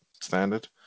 standard